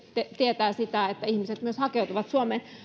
tietää sitä että ihmiset myös hakeutuvat suomeen